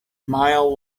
mile